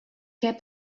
què